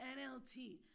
NLT